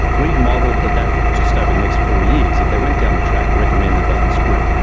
we've modelled that that just over the next four years if they went down the track recommended by this group,